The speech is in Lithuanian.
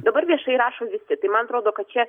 dabar viešai rašo visi tai man atrodo kad čia